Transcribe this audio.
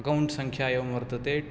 account संख्या एवं वर्तते